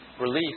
Release